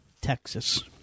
Texas